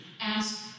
ask